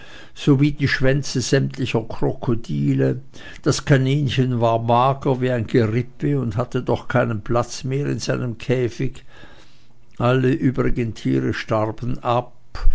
wie die schwänze sämtlicher krokodile das kaninchen war mager wie ein gerippe und hatte doch keinen platz mehr in seinem käfig alle übrigen tiere starben ab